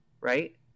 Right